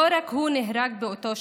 לא רק הוא נהרג באותו שבוע,